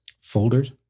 folders